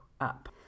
up